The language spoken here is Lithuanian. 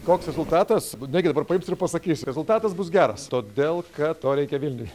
koks rezultatas negi dabar paims ir pasakys rezultatas bus geras todėl kad to reikia vilniui